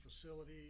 facility